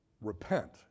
repent